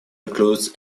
includes